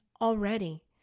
already